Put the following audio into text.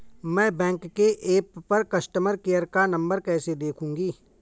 मैं बैंक के ऐप पर कस्टमर केयर का नंबर कैसे देखूंगी?